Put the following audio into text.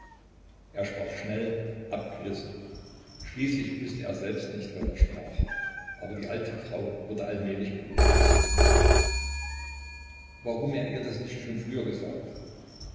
er sprach schnell abgerissen schließlich wußte er selbst nicht was er sprach aber die alte frau wurde allmählich beruhigt warum er ihr das nicht schon früher gesagt